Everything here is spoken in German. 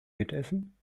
mitessen